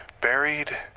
Buried